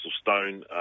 stone